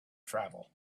travel